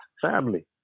family